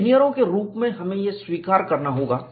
इंजीनियरों के रूप में हमें यह स्वीकार करना होगा